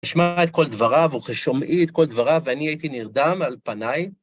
תשמע את כל דבריו, וכששומעי את כל דבריו, ואני הייתי נרדם על פניי.